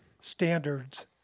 standards